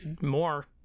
more